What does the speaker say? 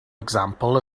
example